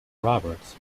roberts